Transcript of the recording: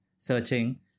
Searching